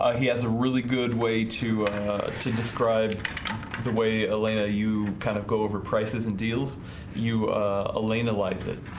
ah he has a really good way to ah to describe the way elena you kind of go over prices and deals you elena lies it